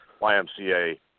YMCA